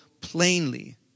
plainly